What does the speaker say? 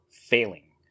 failing